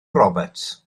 roberts